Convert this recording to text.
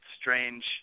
strange